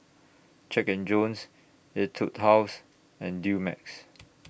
Jack and Jones Etude House and Dumex